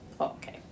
Okay